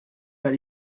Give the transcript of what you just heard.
but